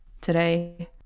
today